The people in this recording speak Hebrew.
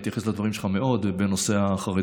אני אתייחס מאוד לדברים שלך בנושא החרדים.